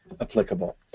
applicable